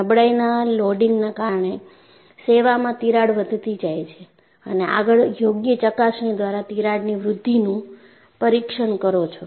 નબળાઈના લોડિંગના કારણે સેવામાં તિરાડ વધતી જાય છે અને આગળ યોગ્ય ચકાસણી દ્વારા તિરાડની વૃદ્ધિનું પરીક્ષણ કરો છો